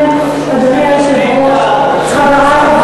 צעדים כלכליים, צעדים כלכליים.